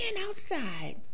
outside